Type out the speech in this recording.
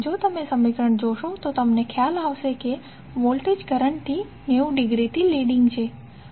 જો તમે સમીકરણ જોશો તો તમને ખ્યાલ આવશે કે વોલ્ટેજ કરંટથી 90 ડિગ્રીથી લીડીંગ છે